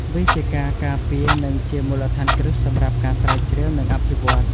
វាជាការការពារនិងជាមូលដ្ឋានគ្រឹះសម្រាប់ការស្រាវជ្រាវ និងអភិវឌ្ឍន៍។